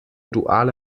duale